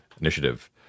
initiative